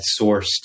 sourced